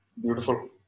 beautiful